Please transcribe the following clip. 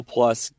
Plus